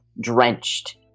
drenched